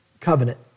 covenant